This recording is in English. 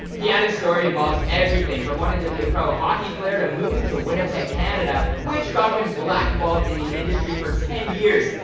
keanu's story involves everything from wanting to be a pro hockey player to moving to winnipeg, canada, which got him blackballed in the industry for ten years,